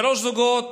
שלושה זוגות